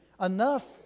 enough